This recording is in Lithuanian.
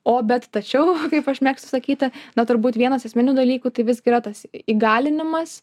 o bet tačiau kaip aš mėgstu sakyti na turbūt vienas esminių dalykų tai visgi yra tas įgalinimas